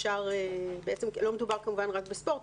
לא מדובר, כמובן, רק בספורט.